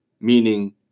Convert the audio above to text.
meaning